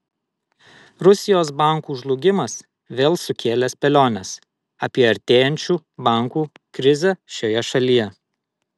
rusijos bankų žlugimas vėl sukėlė spėliones apie artėjančių bankų krizę šioje šalyje